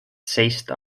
seista